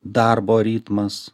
darbo ritmas